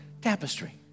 tapestry